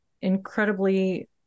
incredibly